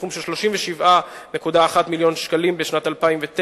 בסכום של 37.1 מיליון שקלים בשנת 2009,